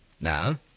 Now